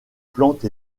plantes